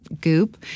goop